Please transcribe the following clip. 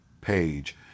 page